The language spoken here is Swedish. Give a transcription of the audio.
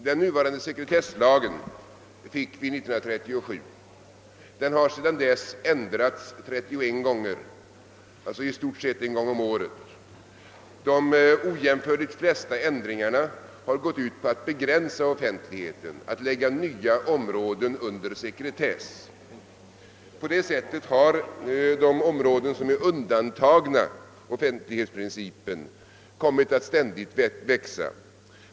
Den nuvarande sekretesslagen tillkom år 1937. Den har sedan dess ändrats 31 gånger, alltså i stort sett en gång om året. De ojämförligt flesta ändringarna har gått ut på att begränsa offentligheten, att lägga nya områden under sekretess. På det sättet har de områden som är undantagna offentlighetsprincipen kommit att växa.